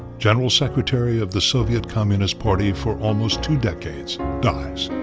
general secretary of the soviet communist party for almost two decades dies.